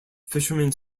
fishermen